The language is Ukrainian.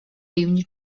рівні